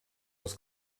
was